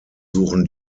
suchen